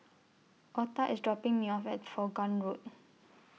Otha IS dropping Me off At Vaughan Road